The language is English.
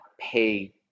pay